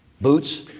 boots